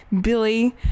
Billy